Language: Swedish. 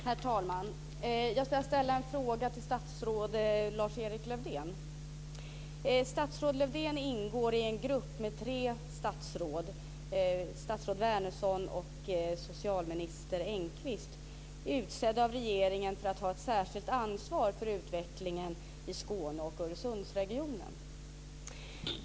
Herr talman! Jag ska ställa en fråga till statsrådet Statsrådet ingår i en grupp med tre statsråd - förutom Lövdén, statsrådet Wärnersson, socialminister Engqvist, - utsedd av regeringen för att ha ett särskilt ansvar för utvecklingen i Skåne och Öresundsregionen.